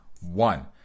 one